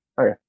Okay